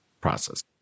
process